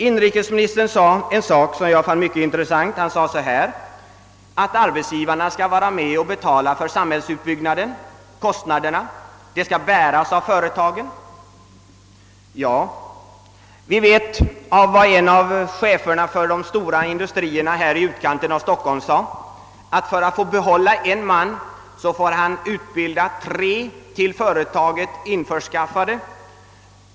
Inrikesministern sade något som jag fann mycket intressant, nämligen att arbetsgivarna skall vara med och betala kostnaderna för samhällets utbyggnad. Chefen för en av de stora industrierna i utkanten av Stockholm har sagt, att för att få behålla en man måste han utbilda tre till företaget införskaffade.